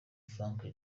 frank